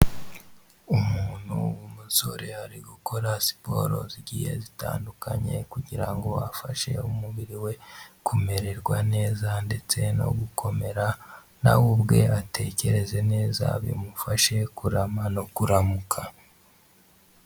Umuntu w'umusore ari gukora siporo zigiye zitandukanye kugira ngo afashe umubiri we kumererwa neza ndetse no gukomera nawe we ubwe atekereze neza bimufashe kuramba no kuramuka.